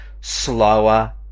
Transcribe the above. slower